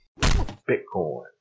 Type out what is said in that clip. Bitcoin